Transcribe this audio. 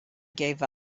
gave